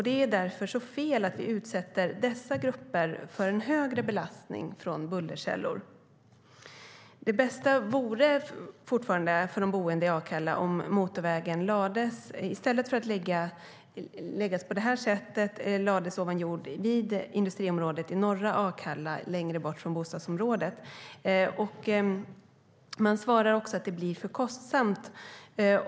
Det är därför så fel att vi utsätter dessa grupper för en högre belastning från bullerkällor. Man svarar att det blir för kostsamt.